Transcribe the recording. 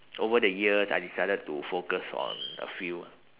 over the years I decided to focus on a few ah